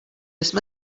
jsme